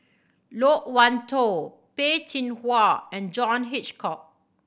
Loke Wan Tho Peh Chin Hua and John Hitchcock